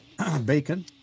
Bacon